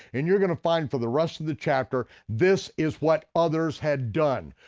and you're going to find for the rest of the chapter this is what others had done,